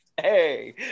Hey